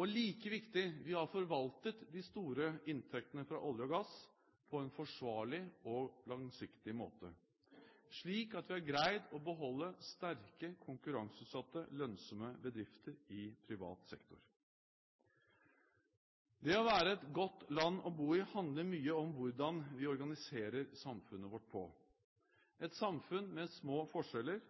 Og like viktig: Vi har forvaltet de store inntektene fra olje og gass på en forsvarlig og langsiktig måte, slik at vi har greid å beholde sterke konkurranseutsatte, lønnsomme bedrifter i privat sektor. Det å være et godt land å bo i handler mye om hvordan vi organiserer samfunnet vårt – et samfunn med små forskjeller,